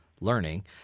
learning